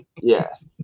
yes